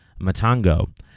Matango